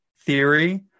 theory